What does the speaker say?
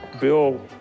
Bill